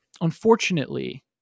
Unfortunately